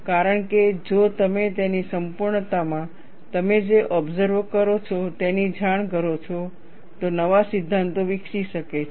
કારણ કે જો તમે તેની સંપૂર્ણતામાં તમે જે ઓબસર્વ કરો છો તેની જાણ કરો છો તો નવા સિદ્ધાંતો વિકસી શકે છે